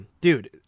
dude